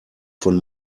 von